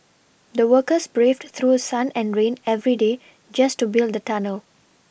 the workers braved through sun and rain every day just to build the tunnel